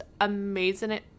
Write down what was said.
amazing